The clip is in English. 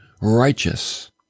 righteous